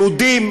יהודים,